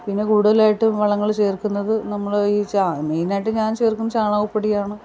പിന്നെ കൂടുതലായിട്ടും വളങ്ങൾ ചേർക്കുന്നത് നമ്മൾ ഈ ചാ മെയിനായിട്ട് ഞാൻ ചേർക്കുന്ന ചാണക പൊടിയാണ്